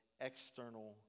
external